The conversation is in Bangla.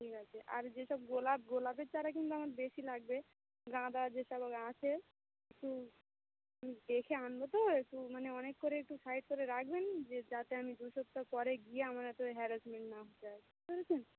ঠিক আছে আর যেসব গোলাপ গোলাপের চারা কিন্তু আমার বেশি লাগবে গাঁদা যেসব আছে একটু দেখে আনবো তো একটু মানে অনেক করে একটু সাইড করে রাখবেন যে যাতে আমি দু সপ্তাহ পরে গিয়ে আমার এত হ্যারাসমেন্ট না যায় বুঝতে পেরেছেন